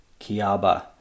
Kiaba